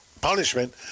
punishment